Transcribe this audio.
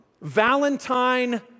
Valentine